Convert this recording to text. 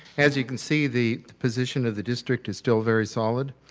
as you can see, the position of the district is still very solid.